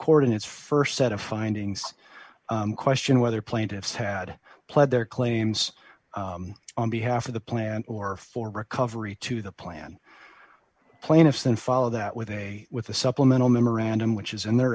court in its st set of findings question whether plaintiffs had pled their claims on behalf of the plan or for recovery to the plan plaintiffs then follow that with a with a supplemental memorandum which is in their